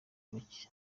bake